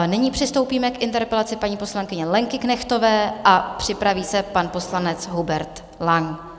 Nyní přistoupíme k interpelaci paní poslankyně Lenky Knechtové a připraví se pan poslanec Hubert Lang.